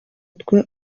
twe